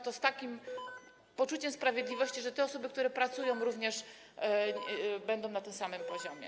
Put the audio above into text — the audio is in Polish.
Chodzi o takie poczucie sprawiedliwości, że te osoby, które pracują również, będą na tym samym poziomie.